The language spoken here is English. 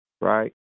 right